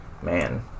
Man